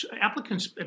applicants